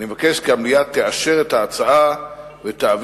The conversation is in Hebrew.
אני מבקש כי המליאה תאשר את ההצעה ותעביר